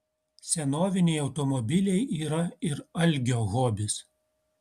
senoviniai automobiliai yra ir algio hobis